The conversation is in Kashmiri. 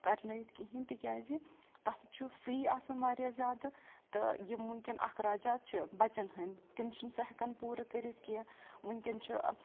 کَرنٲیِتھ کِہیٖنۍ تِکیازِ تَتھ چھُ فی آسان واریاہ زیادٕ تہٕ یِم وٕنکٮ۪ن اخراجات چھِ بَچَن ہٕنٛدۍ تِم چھِنہٕ سُہ ہٮ۪کان پوٗرٕ کٔرِتھ کینٛہہ وٕنکٮ۪ن چھُ